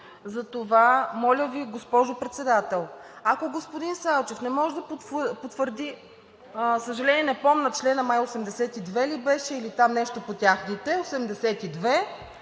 Затова моля Ви, госпожо Председател, ако господин Салчев не може да потвърди, за съжаление, не помня члена, май 82 ли беше, или там нещо по техните – 82,